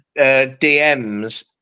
DMs